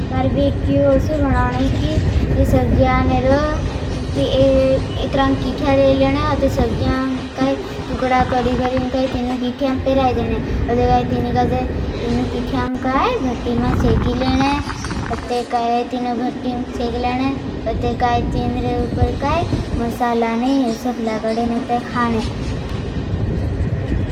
बार्बिक्यू वो विदोल होकान पर मुझे आपका स्वागत की हिस्तुत करता हैं। विक्ष्त उनका कैंपर कैंपर केलागागा। मैंने पर देखाने मिस्त्र में भतीज किम्छान करते केंजा थी। अते काई तीन भटी सेख लेने। अते काई तीन मसाला नहीं। ये सब लगडेन अते खाने।